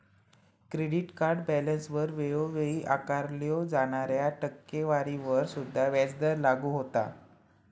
credit card बॅलन्सवर वेळोवेळी आकारल्यो जाणाऱ्या टक्केवारीवर सुद्धा व्याजदर लागू होता